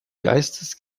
geistes